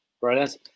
Brilliant